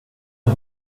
med